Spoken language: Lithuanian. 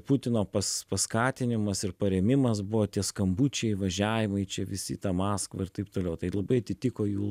putino pas paskatinimas ir parėmimas buvo tie skambučiai važiavimai čia visi tą maskvą ir taip toliau tai labai atitiko jų